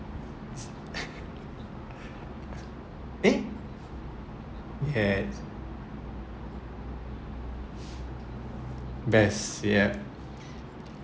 eh yes best yup